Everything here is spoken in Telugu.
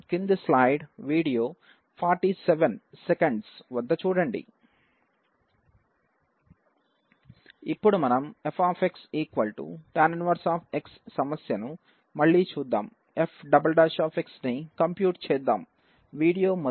ఇప్పుడు మనం f tan 1 సమస్యను మళ్ళీ చూద్దాం f "ని కంప్యూట్ చేద్దాం